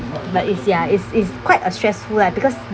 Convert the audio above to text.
but it's ya it's it's quite a stressful lah because